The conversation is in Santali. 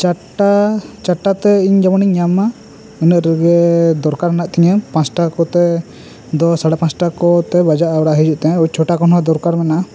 ᱪᱟᱴᱼᱴᱟ ᱪᱟᱴᱼᱴᱟ ᱛᱮ ᱤᱧ ᱡᱮᱢᱚᱱ ᱤᱧ ᱧᱟᱢ ᱢᱟ ᱤᱱᱟᱹ ᱨᱮᱜᱮ ᱫᱚᱨᱠᱟᱨ ᱢᱮᱱᱟᱜ ᱛᱤᱧᱟᱹ ᱯᱟᱥᱴᱟ ᱠᱚᱛᱮ ᱫᱚ ᱥᱟᱲᱮ ᱯᱟᱥᱴᱟ ᱠᱚᱛᱮ ᱵᱟᱡᱟᱜᱼᱟ ᱚᱲᱟᱜ ᱦᱤᱡᱩᱜ ᱛᱮ ᱪᱷᱚᱴᱟ ᱠᱷᱚᱱ ᱦᱚᱸ ᱫᱚᱨᱠᱟᱨ ᱢᱮᱱᱟᱜᱼᱟ